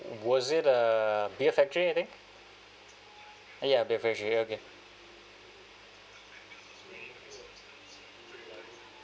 was it uh beer factory I think ya beer factory ya okay